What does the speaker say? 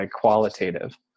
qualitative